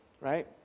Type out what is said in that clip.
Right